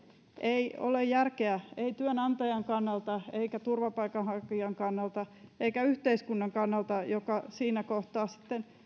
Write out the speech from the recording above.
ei ole järkeä ei työnantajan kannalta eikä turvapaikanhakijan kannalta eikä yhteiskunnan kannalta joka siinä kohtaa sitten